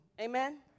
Amen